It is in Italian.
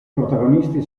protagonisti